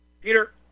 Peter